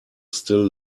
still